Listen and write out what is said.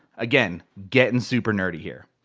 again, getting super nerdy here.